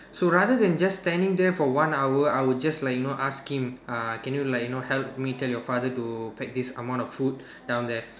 so rather than just standing there for one hour I will just like you know ask him uh can you like you know help me tell your father to you know help me pack this amount of food down there